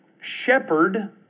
shepherd